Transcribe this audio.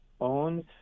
owns